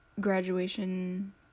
graduation